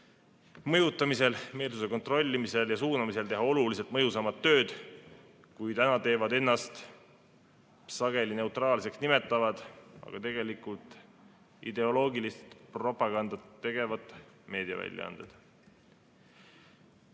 mõjutamisel, meelsuse kontrollimisel ja suunamisel teha oluliselt mõjusamat tööd, kui teevad ennast sageli neutraalseks nimetavad, aga tegelikult ideoloogilist propagandat tegevad meediaväljaanded. Komisjoni